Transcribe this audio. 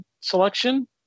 selection